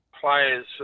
players